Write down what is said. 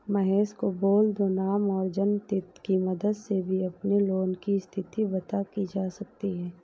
महेश को बोल दो नाम और जन्म तिथि की मदद से भी अपने लोन की स्थति पता की जा सकती है